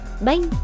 bye